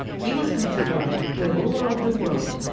he was considered the ruler of the world,